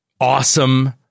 awesome